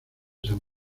san